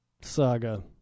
saga